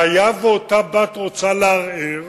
והיה ואותה בת רוצה לערער,